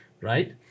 right